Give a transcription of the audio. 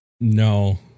No